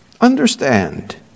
understand